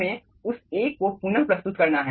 हमें उस एक को पुन प्रस्तुत करना है